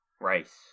rice